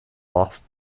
lost